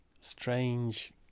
strange